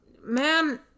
man